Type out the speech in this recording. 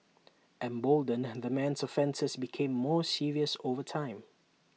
emboldened the man's offences became more serious over time